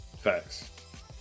facts